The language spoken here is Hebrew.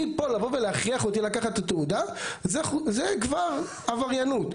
מפה לבוא ולהכריח אותי לקחת את התעודה זה כבר עבריינות.